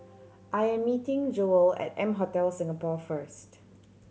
I am meeting Jewell at M Hotel Singapore first